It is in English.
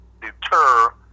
deter